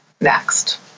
next